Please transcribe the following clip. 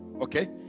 Okay